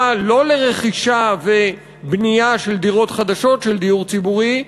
לא לרכישה ובנייה של דירות חדשות של דיור ציבורי,